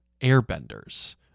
airbenders